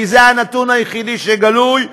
זה הנתון היחיד שגלוי,